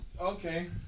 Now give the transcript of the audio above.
Okay